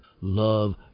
Love